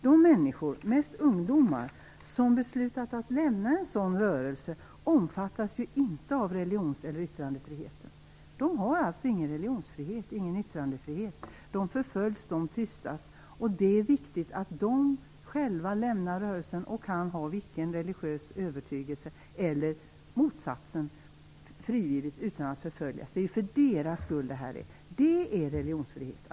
De människor, mest ungdomar, som beslutat att lämna en sådan här rörelse omfattas ju inte av religions eller yttrandefriheten. Det har alltså ingen sådan frihet. De förföljs och tystas. Det är viktigt att de själva kan lämna rörelsen och tillåts ha vilken religiös övertygelse som helst, eller ingen alls, utan att förföljas. Det är för deras skull detta görs.